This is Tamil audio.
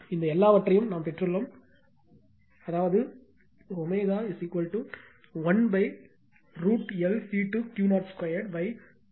இந்த எல்லாவற்றையும் நாம் பெற்றுள்ளோம் அதாவது ω 1√L C2 Q022 Q02 1